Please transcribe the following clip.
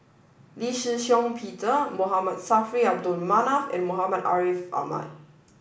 Lee Shih Shiong Peter M Saffri A Manaf and Muhammad Ariff Ahmad